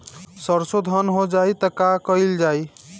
सरसो धन हो जाई त का कयील जाई?